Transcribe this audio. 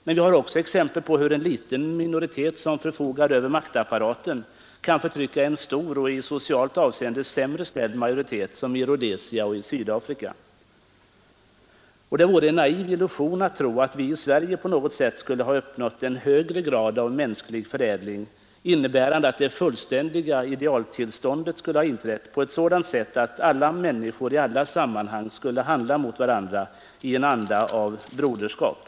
Men vi har också exempel på hur en liten minoritet, som förfogar över maktapparaten, kan förtrycka en stor och i socialt avseende sämre ställd majoritet, som t.ex. i Rhodesia och Sydafrika. Det vore också en naiv illusion att tro att vi i Sverige på något sätt skulle ha uppnått en högre grad av mänsklig förädling, innebärande att det fullständiga idealtillståndet skulle ha inträtt, så att alla människor i alla sammanhang handlar mot varandra i en anda av broderskap.